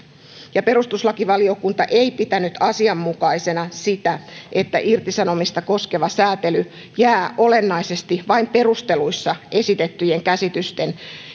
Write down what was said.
perustuslakivaliokunta ei pitänyt asianmukaisena sitä että irtisanomista koskeva sääntely jää olennaisesti vain perusteluissa esitettyjen käsitysten